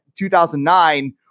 2009